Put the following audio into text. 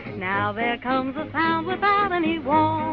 now there comes a sound without any